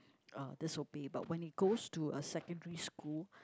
uh disobey but when it goes to a secondary school